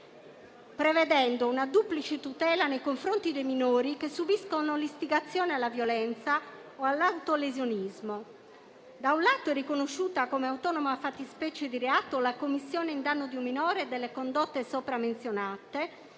prevedendo una duplice tutela nei confronti dei minori che subiscono l'istigazione alla violenza o all'autolesionismo. Da un lato, è riconosciuta come autonoma fattispecie di reato la commissione in danno di un minore delle condotte sopra menzionate,